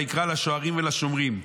ויקרא לשוערים ולשומרים: